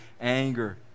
anger